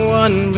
one